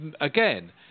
again